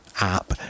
app